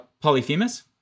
Polyphemus